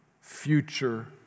future